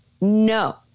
No